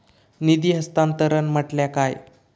निधी हस्तांतरण म्हटल्या काय?